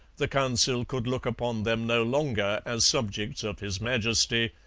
the council could look upon them no longer as subjects of his majesty,